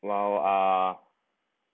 !wow! uh